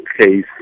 case